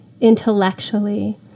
intellectually